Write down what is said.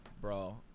bro